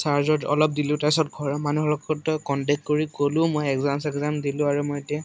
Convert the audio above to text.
চাৰ্জত অলপ দিলোঁ তাৰপিছত ঘৰৰ মানুহৰ লগত কণ্টেক্ট কৰি ক'লোঁ মই এগজাম চেগজাম দিলোঁ আৰু মই এতিয়া